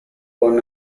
one